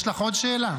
יש לך עוד שאלה?